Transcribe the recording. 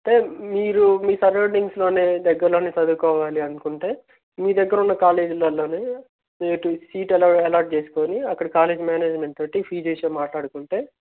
అంటే మీరు మీ సరౌడింగ్స్లోనే దగ్గరలోనే చదువుకోవాలి అనుకుంటే మీ దగ్గరున్న కాలేజీలల్లోనే మీకు సీటు అలా అలాట్ చేసుకుని అక్కడ కాలేజ్ మ్యానేజ్మెంట్ తోటి ఫీజ్ విషయం మాట్లాడుకుంటే